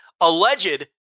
alleged